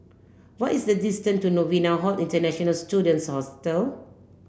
what is the distance to Novena Hall International Students Hostel